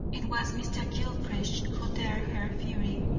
it was mr. gilchrist who dared her fury.